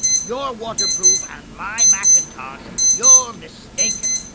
your waterproof, and my mackintosh, you're mistaken.